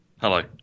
Hello